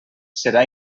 serà